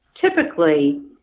typically